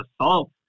assault